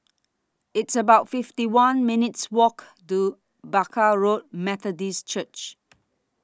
It's about fifty one minutes' Walk to Barker Road Methodist Church